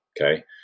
Okay